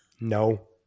No